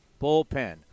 bullpen